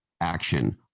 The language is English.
action